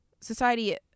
society